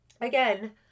again